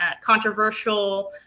controversial